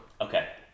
Okay